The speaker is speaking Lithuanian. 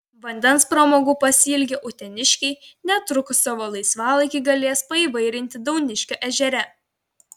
vandens pramogų pasiilgę uteniškiai netrukus savo laisvalaikį galės paįvairinti dauniškio ežere